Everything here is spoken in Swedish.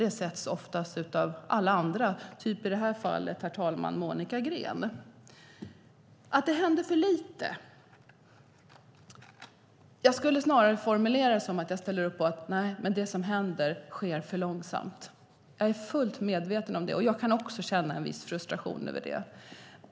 Det används oftast av alla andra, som i det här fallet, herr talman, av Monica Green. Monica Green säger att det händer för lite. Jag skulle snarare vilja formulera det som att det som händer sker för långsamt. Jag är fullt medveten om det, och jag kan också känna en viss frustration över det.